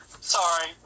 sorry